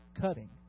cutting